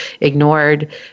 ignored